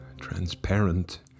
transparent